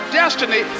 destiny